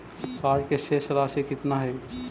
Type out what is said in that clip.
आज के शेष राशि केतना हई?